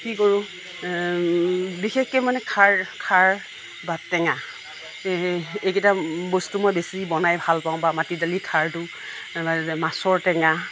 কি কৰোঁ বিশেষকৈ মানে খাৰ খাৰ বা টেঙা এই এইকেইটা বস্তু মই বেছি বনাই ভাল পাওঁ বা মাটিদালি খাৰটো মাছৰ টেঙা